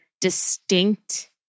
distinct